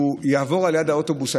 והוא יעבור ליד האוטובוס,